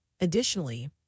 Additionally